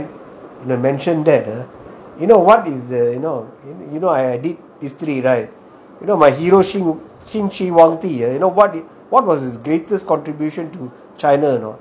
you know you know since you mention that ah you know what is the you know you know I did history right you know my qin shi huang di what was his greatest contribution to china was what not